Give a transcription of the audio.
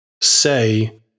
say